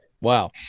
Wow